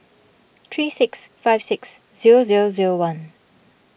three six five six zero zero zero one